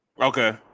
Okay